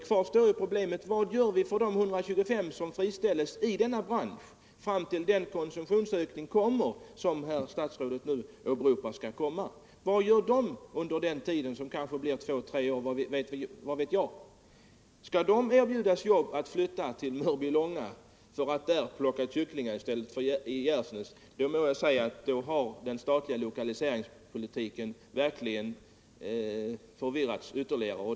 Kvar står problemet: Vad gör vi för de 125 som friställes i denna bransch fram tills den konsumtionsökning kommer som herr statsrådet hänvisar till? Och vad gör de människorna under den tiden, som kanske blir två tre år — vad vet jag? Skall de erbjudas att flytta till Mörbylånga för att plocka kycklingar där i stället för i Gärsnäs, då må jag säga att den statliga lokaliseringspolitiken verkligen har förvirrats ytterligare.